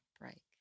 break